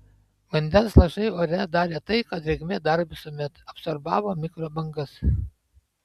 vandens lašai ore darė tai ką drėgmė daro visuomet absorbavo mikrobangas